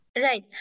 Right